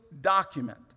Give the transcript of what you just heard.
document